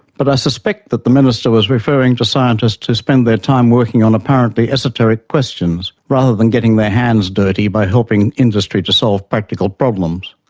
but i suspect that the minister was referring to scientists who spend their time working on apparently esoteric questions, rather than getting their hands dirty helping industry to solve practical problems.